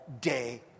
day